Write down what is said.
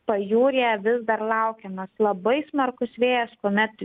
pajūryje vis dar laukiamas labai smarkus vėjas kuomet